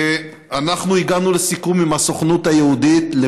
אנחנו הגענו לסיכום עם הסוכנות היהודית על